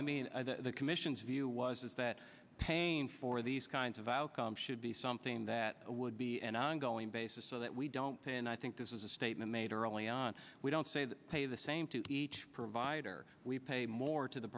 i mean the commission's view was is that paying for these kinds of outcomes should be something that would be an ongoing basis so that we don't pay and i think this was a statement made early on we don't say that pay the same to each provider we pay more to the